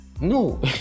no